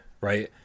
right